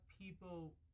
people